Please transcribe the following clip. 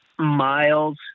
Miles